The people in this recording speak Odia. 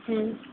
ହୁଁ